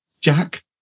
Jack